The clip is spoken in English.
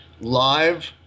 live